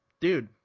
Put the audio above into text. Dude